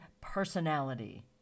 personality